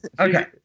Okay